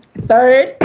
third,